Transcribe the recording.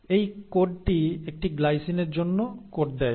এই কোডটি একটি গ্লাইসিনের জন্যও কোড দেয়